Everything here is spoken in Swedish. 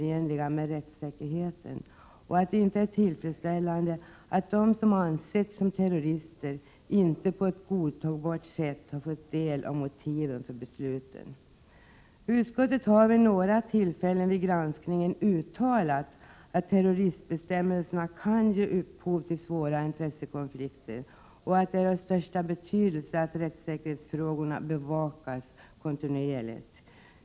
1987/88:132 de som ansetts som terrorister inte på ett godtagbart sätt har fått del av 2 juni 1988 motiven för besluten. 5 FA å 3 5 Granskning av stats Utskottet har vid några tillfällen vid granskningen uttalat att terroristbe » Mä 3 5 E V e rådens tjänsteutövning stämmelserna kan ge upphov till svåra intressekonflikter och att det är av öm största betydelse att rättssäkerhetsfrågorna bevakas kontinuerligt.